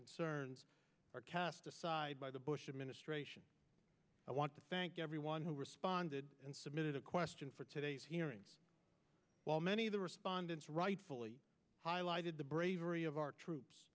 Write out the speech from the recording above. concerns are cast aside by the bush administration i want to thank everyone who responded and submitted a question for today's hearings while many of the respondents rightfully highlighted the bravery of our troops